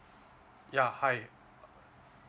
yeah hi